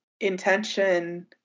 Intention